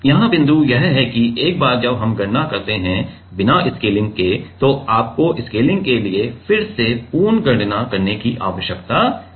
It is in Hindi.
तो यहाँ बिंदु यह है कि एक बार जब हम गणना करते हैं बिना स्केलिंग के तो आपको स्केलिंग के लिए फिर से पूर्ण गणना करने की आवश्यकता नहीं है